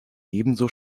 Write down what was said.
ebenso